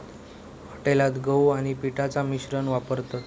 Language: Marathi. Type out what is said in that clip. हॉटेलात गहू आणि पिठाचा मिश्रण वापरतत